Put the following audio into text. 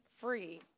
free